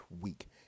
week